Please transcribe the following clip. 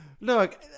Look